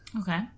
Okay